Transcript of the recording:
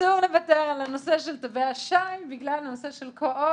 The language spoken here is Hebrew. אסור לוותר על הנושא של תווי השי בגלל הנושא של קו-אופ.